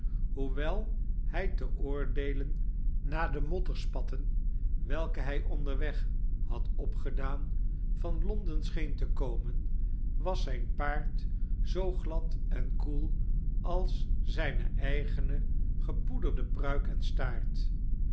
hoewel hij te oordeelen naar de modderspatten welke hij onderweg had opgedaan van l o n d e n scheen te komen was zijn paard zoo glad en koel als zijne eigene gepoederde pruik en staart